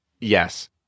Yes